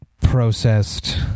processed